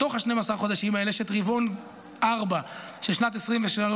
בתוך 12 החודשים האלה יש את רבעון 4 של שנת 2023,